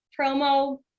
promo